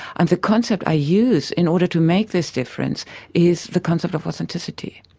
and the concept i use in order to make this difference is the concept of authenticity.